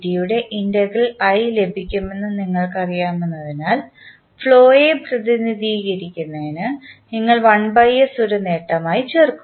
യുടെ integral i ലഭിക്കുമെന്ന് നിങ്ങൾക്കറിയാമെന്നതിനാൽ ഫ്ലോയെ പ്രതിനിധീകരിക്കുന്നതിന് നിങ്ങൾ 1s ഒരു നേട്ടമായി ചേർക്കുന്നു